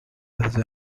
desde